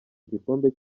igikombe